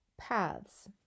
Paths